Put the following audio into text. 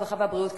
הרווחה והבריאות,